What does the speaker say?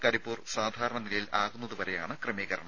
കരിപ്പൂർ സാധാരണ നിലയിൽ ആകുന്നതുവരെയാണ് ക്രമീകരണം